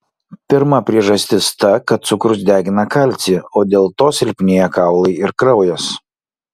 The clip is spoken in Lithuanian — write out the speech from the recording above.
pirma priežastis ta kad cukrus degina kalcį o dėl to silpnėja kaulai ir kraujas